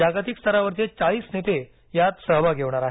जागतिक स्तरावरचे चाळीस नेते यात सहभागी होणार आहेत